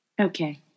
Okay